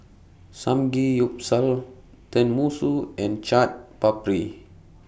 Samgeyopsal Tenmusu and Chaat Papri